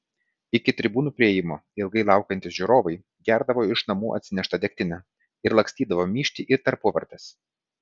iki tribūnų priėjimo ilgai laukiantys žiūrovai gerdavo iš namų atsineštą degtinę ir lakstydavo myžti į tarpuvartes